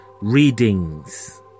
Readings